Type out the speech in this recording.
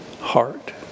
heart